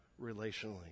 relationally